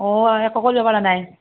অঁ একো কৰিব পৰা নাই